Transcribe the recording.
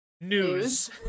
news